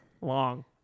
long